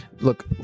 Look